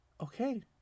Okay